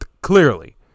clearly